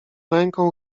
ręką